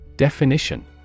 Definition